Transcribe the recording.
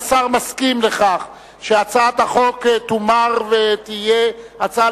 השר מסכים לכך שהצעת החוק תומר ותהיה הצעה